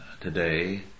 today